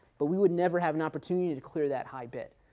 but we would never have an opportunity to clear that high bit,